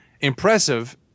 impressive